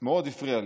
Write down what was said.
מאוד הפריע לי.